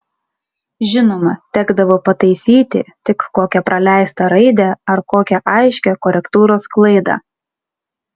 žinoma tekdavo pataisyti tik kokią praleistą raidę ar kokią aiškią korektūros klaidą